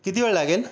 किती वेळ लागेल